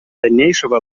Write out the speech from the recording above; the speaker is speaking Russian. дальнейшего